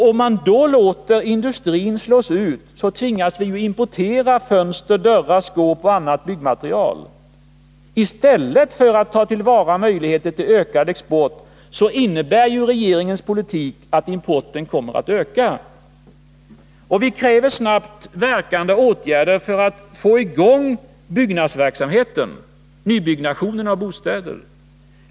Om man nu låter industrin slås ut tvingas vi då importera fönster, dörrar, skåp och annat byggmaterial. I stället för att ta till vara möjligheterna till ökad export innebär regeringens politik att importen kommer att öka. Vi kräver snabbt verkande åtgärder för att få i gång nybyggnationen av bostäder.